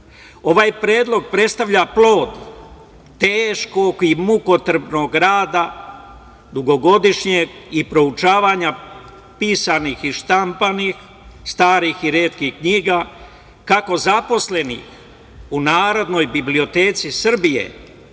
Ovaj predlog predstavlja plod teškog i mukotrpnog dugogodišnjeg rada i proučavanja pisanih i štampanih starih i retkih knjiga, kako zaposleni u Narodnoj biblioteci Srbije,